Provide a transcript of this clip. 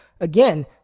again